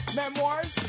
memoirs